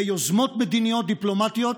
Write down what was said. ביוזמות מדיניות דיפלומטיות,